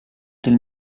del